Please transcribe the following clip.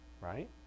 right